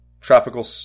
tropical